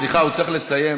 סליחה, הוא צריך לסיים.